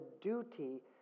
duty